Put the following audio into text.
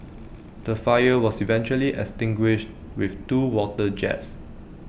the fire was eventually extinguished with two water jets